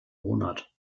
monat